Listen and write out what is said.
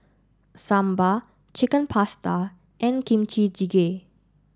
Sambar Chicken Pasta and Kimchi Jjigae